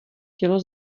tělo